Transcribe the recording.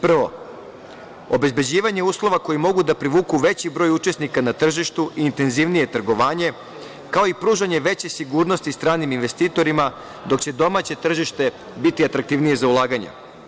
Prvo, obezbeđivanje uslova koji mogu da privuku veći broj učesnika na tržištu i intenzivnije trgovanje, kao i pružanje veće sigurnosti stranim investitorima, dok će domaće tržište biti atraktivnije za ulaganja.